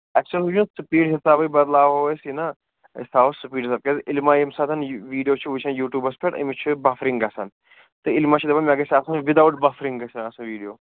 اَسہِ اوس وُچھُن سُپیٖڈ حِسابٕے بدلاوَو أسۍ یہِ نا أسۍ تھاوَو سُپیڈ کیازِ عِلما ییٚمہِ ساتہٕ ویٖڈیو چھُ وُچھان یوٗٹیٛوٗبَس پٮ۪ٹھ أمِس چھِ بَفرِنٛگ گژھان تہٕ عِلما چھِ دپان مےٚ گَژھِ آسُن وِتھ اَوُٹ بَفرِنٛگ گژھِ مےٚ آسٕنۍ ویٖڈیو